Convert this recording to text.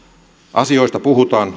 asioista puhutaan